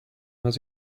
was